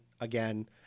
again